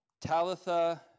Talitha